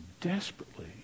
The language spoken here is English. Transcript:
desperately